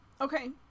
Okay